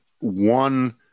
one